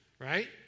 right